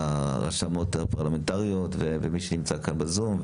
הרשמות הפרלמנטריות ומי שנמצא כאן בזום.